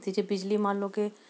ਅਤੇ ਜੇ ਬਿਜਲੀ ਮੰਨ ਲਉ ਕਿ